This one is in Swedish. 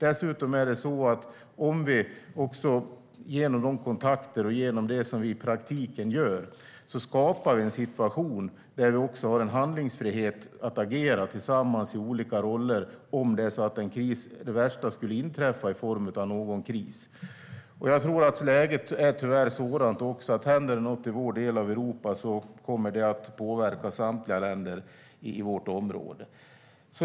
Dessutom skapar vi genom våra kontakter och genom det som vi i praktiken gör en situation där vi har handlingsfrihet att agera tillsammans i olika roller om det värsta skulle inträffa i form av någon kris. Tyvärr tror jag att läget är sådant att om det händer något i vår del av Europa kommer det att påverka samtliga länder i vårt område.